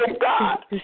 God